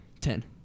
Ten